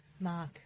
Mark